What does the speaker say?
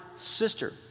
sister